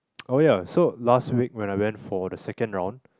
oh yeah so last week when I went for the second round